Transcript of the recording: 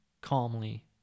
Calmly